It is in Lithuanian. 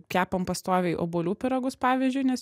kepam pastoviai obuolių pyragus pavyzdžiui nes